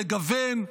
לגוון,